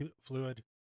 fluid